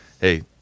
hey—